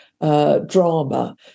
drama